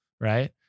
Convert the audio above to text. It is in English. right